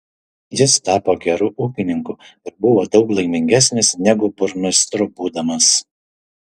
jis tapo geru ūkininku ir buvo daug laimingesnis negu burmistru būdamas